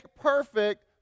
perfect